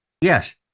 Yes